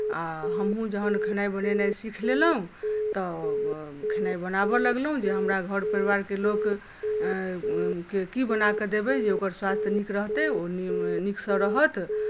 आ हमहूँ जखन खेनाइ बनेनाय सीख लेलहुँ तऽ खेनाइ बनाबय लगलहुँ जे हमरा घर परिवारके लोक के की बना कऽ देबै जे ओकर स्वास्थ्य नीक रहतै ओ नीकसँ रहत